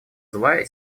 злая